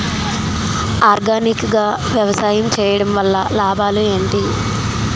Organic గా వ్యవసాయం చేయడం వల్ల లాభాలు ఏంటి?